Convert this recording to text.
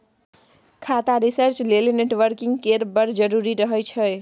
खाता रिसर्च लेल नेटवर्किंग केर बड़ जरुरी रहय छै